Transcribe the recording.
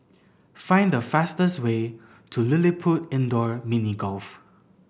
find the fastest way to LilliPutt Indoor Mini Golf